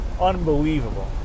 Unbelievable